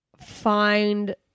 find